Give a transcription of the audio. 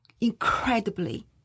incredibly